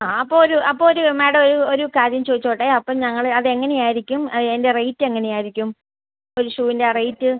ആ അപ്പോൾ ഒരു അപ്പോൾ ഒരു മാഡം ഒരു ഒരു കാര്യം ചോദിച്ചോട്ടേ അപ്പോൾ ഞങ്ങൾ അത് എങ്ങനെ ആയിരിക്കും അതിൻ്റെ റേറ്റ് എങ്ങനെയായിരിക്കും ഒരു ഷൂവിൻ്റെ റേറ്റ്